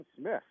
Smith